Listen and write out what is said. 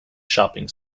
shopping